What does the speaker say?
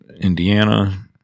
Indiana